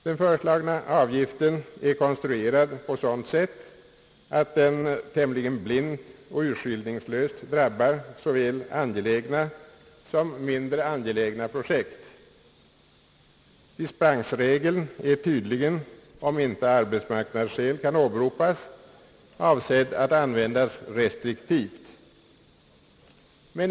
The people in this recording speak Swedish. Den föreslagna avgiften är konstruerad på ett sådant sätt att den tämligen blint och urskillningslöst drabbar såväl angelägna som mindre angelägna projekt. Dispensregeln är tydligen — om inte arbetsmarknadsskäl kan åberopas — avsedd att användas restriktivt.